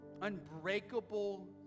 unbreakable